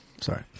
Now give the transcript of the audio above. Sorry